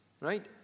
right